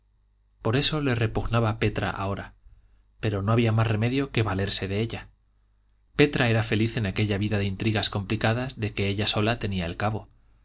por eso le repugnaba petra ahora pero no había más remedio que valerse de ella petra era feliz en aquella vida de intrigas complicadas de que ella sola tenía el cabo